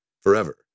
forever